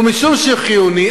ומשום שהוא חיוני,